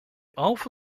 alpha